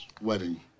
wedding